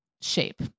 shape